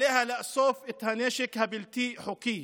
עליה לאסוף את הנשק הבלתי-חוקי.